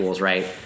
right